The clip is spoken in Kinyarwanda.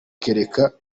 kereka